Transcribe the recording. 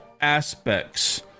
aspects